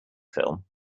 film